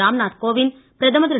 ராம்நாத் கோவிந்த் பிரதமர் திரு